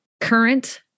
current